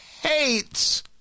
hates